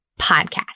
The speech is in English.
podcast